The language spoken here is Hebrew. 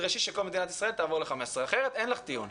תדרשו שכל מדינת ישראל תעבור ל-15 כי אחרת אין לך טיעון.